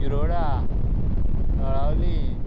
Shiroda Talavali